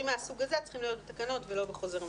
מהסוג הזה צריכים להיות בתקנות ולא בחוזר מנכ"ל.